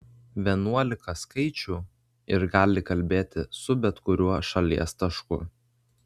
vienuolika skaičių ir gali kalbėti su bet kuriuo šalies tašku